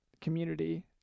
community